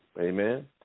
Amen